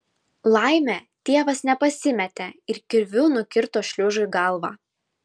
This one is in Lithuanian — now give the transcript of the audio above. laimė tėvas nepasimetė ir kirviu nukirto šliužui galvą